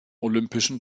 olympischen